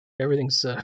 Everything's